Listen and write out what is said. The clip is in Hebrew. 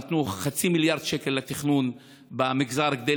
נתנו חצי מיליארד שקל לתכנון במגזר כדי